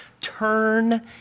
turn